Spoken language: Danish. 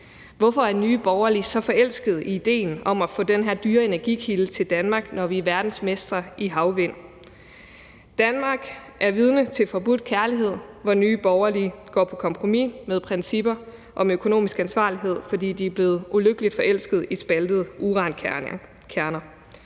Hvorfor er Nye Borgerlige så forelsket i idéen om at få den her dyre energikilde til Danmark, når vi er verdensmestre i havvind? Danmark er vidne til forbudt kærlighed, hvor Nye Borgerlige går på kompromis med principper om økonomisk ansvarlighed, fordi de er blevet ulykkeligt forelsket i spaltede urankerner.